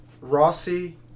Rossi